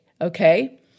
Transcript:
Okay